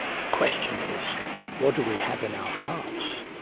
the question is what do we have in our hearts.